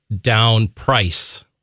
down-price